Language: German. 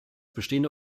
bestehende